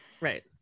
right